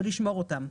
ולשמור אותם.